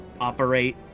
operate